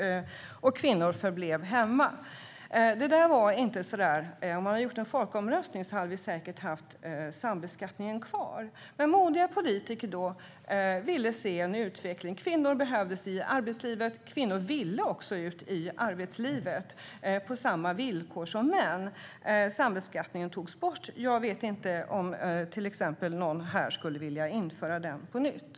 Och kvinnor förblev hemma. Om man hade gjort en folkomröstning om detta hade vi säkert haft sambeskattningen kvar. Men modiga politiker ville se en utveckling. Kvinnor behövdes i arbetslivet. Kvinnor ville också ut i arbetslivet på samma villkor som män. Sambeskattningen togs bort. Jag vet inte om någon här skulle vilja införa den på nytt.